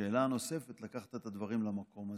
בשאלה הנוספת, לקחת את הדברים למקום הזה.